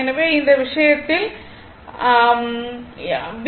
எனவே இந்த விஷயத்தில் V